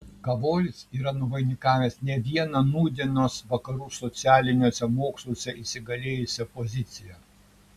kavolis yra nuvainikavęs ne vieną nūdienos vakarų socialiniuose moksluose įsigalėjusią poziciją